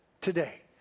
today